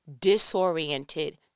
disoriented